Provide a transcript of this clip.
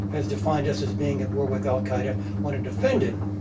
has defined us as being at war with al-qaeda when a defendant,